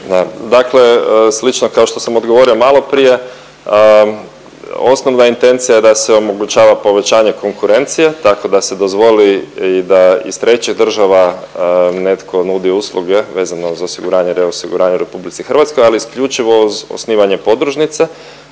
Dakle slično kao što sam odgovorio maloprije, osnovna intencija je da se omogućava povećanje konkurencije tako da se dozvoli i da iz trećih država netko nudi usluge vezano za osiguranje, reosiguranje u RH ali isključivo uz osnivanje podružnice,